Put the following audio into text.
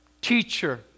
teacher